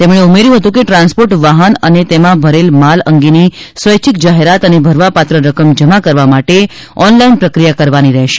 તેમણે ઊમેર્થુ હતુ કે ટ્રાન્સપોર્ટ વાહન અને તેમા ભરેલ માલ અંગેની સ્વૈચ્છીક જાહેરાત અને ભરવાપાત્ર રકમ જમા કરવા માટે ઓનલાઇન પ્રક્રિયા કરવાની રહેશે